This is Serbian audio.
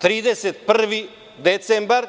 To je 31. decembar